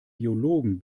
biologen